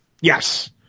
Yes